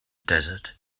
desert